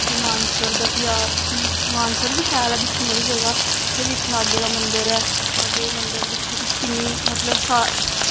ते फिर मानसर दा फ्ही मानसर बी शैल ऐ दिक्खनै आह्ली जगह उत्थें बी इक नागै दा मंदर ऐ नागै दे मंदर दिक्खो तुस किन्नी साफ